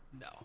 No